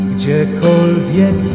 Gdziekolwiek